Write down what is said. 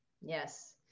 Yes